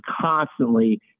constantly